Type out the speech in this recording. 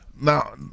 now